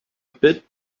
bit